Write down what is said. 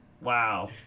Wow